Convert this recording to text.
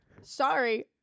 Sorry